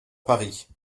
paris